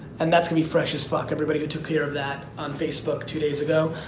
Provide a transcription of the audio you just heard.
and that's gonna be fresh as fuck. everybody who took care of that om facebook two days ago,